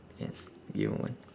can give me a moment